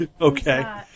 Okay